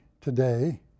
today